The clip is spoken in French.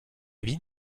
vie